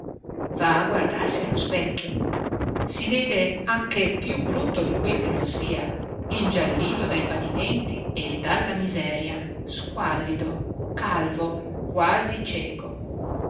va a guardarsi allo specchio si vede anche più brutto di quel che non sia ingiallito dai patimenti e dalla miseria squallido calvo quasi cieco